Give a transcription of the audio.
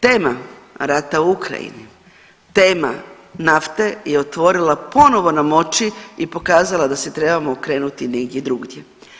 Tema rata u Ukrajini, tema nafte je otvorila ponovo nam oči i pokazala da se trebamo okrenuti negdje drugdje.